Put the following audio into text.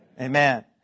Amen